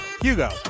hugo